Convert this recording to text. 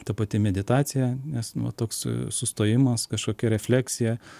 ta pati meditacija nes nu toks sustojimas kažkokia refleksija